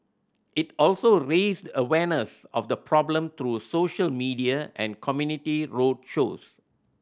it also raised awareness of the problem through social media and community road shows